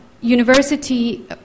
university